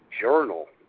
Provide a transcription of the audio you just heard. journal